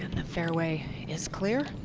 the fairway is clear.